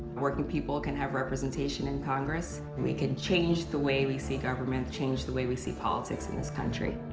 working people can have representation in congress. we can change the way we see government, change the way we see politics in this country.